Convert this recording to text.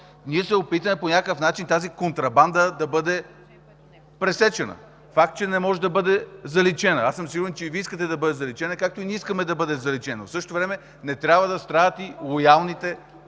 Ние се опитваме по някакъв начин тя да бъде пресечена. Факт е, че не може да бъде заличена. Аз съм сигурен, че и Вие искате да бъде заличена, както и ние искаме. В същото време не трябва да страдат и лоялните